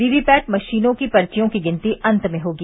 VVPAT मशीनों की पर्वियों की गिनती अंत में होगी